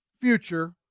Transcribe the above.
future